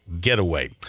getaway